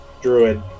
druid